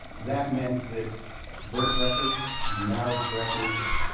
that meant that birth records, marriage records,